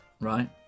right